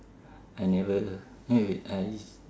I never wait wait I